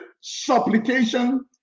supplication